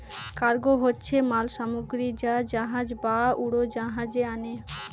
cargo হচ্ছে মাল সামগ্রী যা জাহাজ বা উড়োজাহাজে আনে